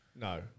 No